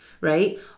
right